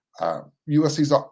USC's